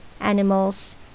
animals